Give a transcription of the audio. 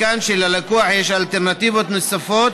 מכאן שללקוח יש אלטרנטיבות נוספות,